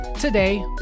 Today